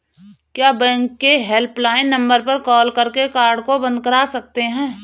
क्या बैंक के helpline number पर कॉल करके कार्ड को बंद करा सकते हैं?